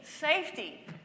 safety